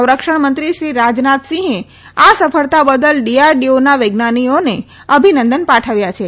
સંરક્ષણ મંત્રી શ્રી રાજનાથસિંહે આ સફળતા બદલ ડીઆરડીઓના વિજ્ઞાનીઓને અભિનંદન પાઠવ્યાં છે